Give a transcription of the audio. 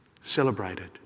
celebrated